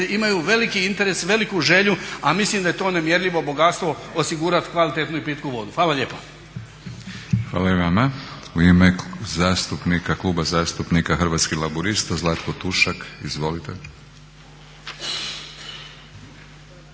imaju veliki interes, veliku želju a mislim da je to nemjerljivo bogatstvo osigurat kvalitetnu i pitku vodu. Hvala lijepo. **Batinić, Milorad (HNS)** Hvala i vama. U ime Kluba zastupnika Hrvatskih laburista Zlatko Tušak, izvolite.